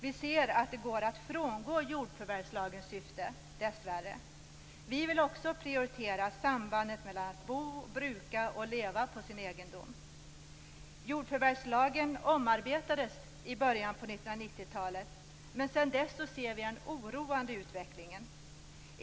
Vi ser att det dessvärre går att frångå syftet i jordförvärvslagen. Vi vill också prioritera sambandet mellan att bo, bruka och leva på sin egendom. talet. Men sedan dess har vi sett en oroande utveckling.